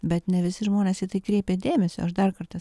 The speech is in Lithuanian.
bet ne visi žmonės į tai kreipia dėmesio aš dar kartą